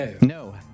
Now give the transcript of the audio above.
no